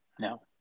No